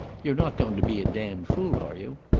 you're not going to be a damned fool, are you?